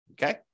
Okay